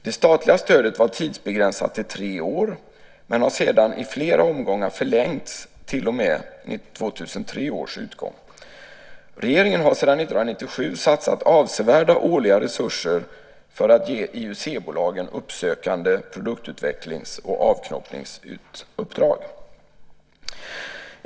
Det statliga stödet var tidsbegränsat till tre år men har sedan i flera omgångar förlängts till och med 2003 års utgång. Regeringen har sedan 1997 satsat avsevärda årliga resurser för att ge IUC-bolagen uppsökande-, produktutvecklings och avknoppningsuppdrag.